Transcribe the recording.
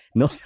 no